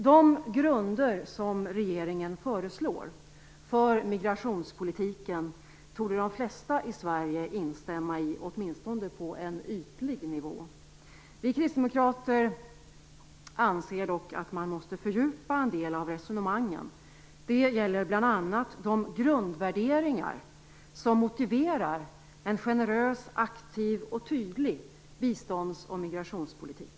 De grunder som regeringen föreslår för migrationspolitiken torde de flesta i Sverige instämma i, åtminstone på en ytlig nivå. Vi kristdemokrater anser dock att man måste fördjupa en del av resonemangen. Det gäller bl.a. de grundvärderingar som motiverar en generös, aktiv och tydlig bistånds och migrationspolitik.